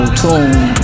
tune